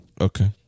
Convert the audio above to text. okay